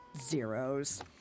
Zeros